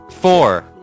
Four